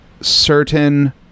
certain